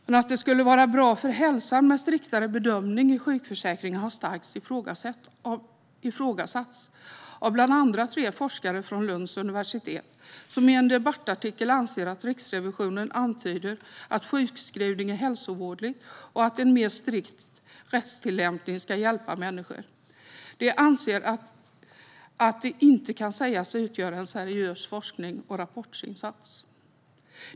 Men att det skulle vara bra för hälsan med striktare bedömning i sjukförsäkringen har starkt ifrågasatts av bland andra tre forskare från Lund, som i en debattartikel anser att Riksrevisionen antyder att sjukskrivning är hälsovådligt och att en mer strikt rättstillämpning skulle hjälpa människor. De anser att det inte kan sägas utgöra en seriös forsknings och rapportinsats.